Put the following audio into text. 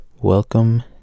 welcome